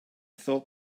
thought